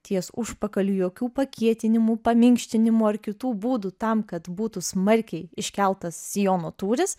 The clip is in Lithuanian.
ties užpakaliu jokių pakietinimų paminkštinimų ar kitų būdų tam kad būtų smarkiai iškeltas sijono tūris